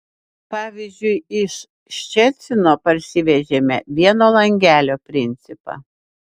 pavyzdžiui iš ščecino parsivežėme vieno langelio principą